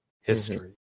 history